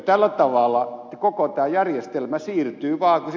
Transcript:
tällä tavalla koko tämä järjestelmä siirtyy vaan